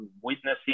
witnessing